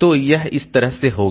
तो यह इस तरह से होगा